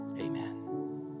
amen